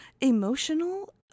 emotional